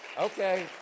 okay